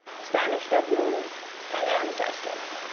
spanish doubloons and ancestors.